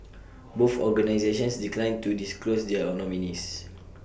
both organisations declined to disclose their nominees